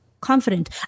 confident